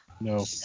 No